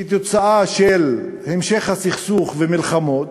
כתוצאה של המשך הסכסוך ומלחמות,